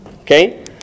okay